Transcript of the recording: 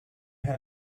how